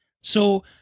So-